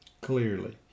clearly